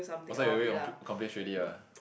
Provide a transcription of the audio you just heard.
oh so you accomplish already ah